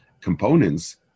Components